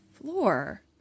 floor